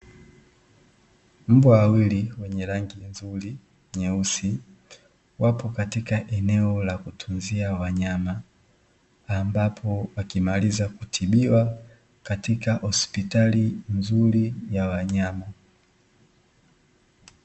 Mbwa wawili wenye rangi nzuri nyeusi, wapo katika eneo la kutunzia wanyama, ambapo wakimaliza kutibiwa katika hospitali nzuri ya wanyama.